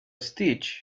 stitch